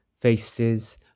Faces